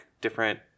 different